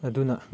ꯑꯗꯨꯅ